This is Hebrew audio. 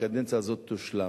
והקדנציה הזאת תושלם.